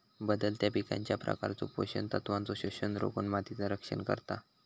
बदलत्या पिकांच्या प्रकारचो पोषण तत्वांचो शोषण रोखुन मातीचा रक्षण करता